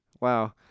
Wow